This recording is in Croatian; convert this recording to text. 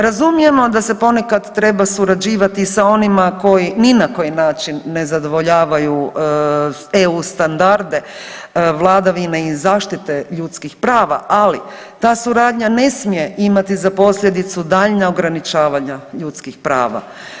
Razumijemo da se ponekad treba surađivati i sa onima koji ni na koji način ne zadovoljavaju EU standarde vladavine i zaštite ljudskih prava, ali ta suradnja ne smije imati za posljedicu daljnja ograničavanja ljudskih prava.